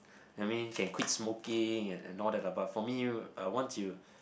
that mean can quit smoking and and all that ah but for me uh once you